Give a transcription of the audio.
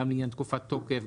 גם לעניין תקופת תוקף,